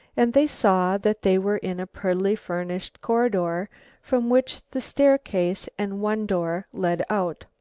and they saw that they were in a prettily furnished corridor from which the staircase and one door led out.